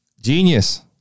genius